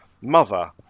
mother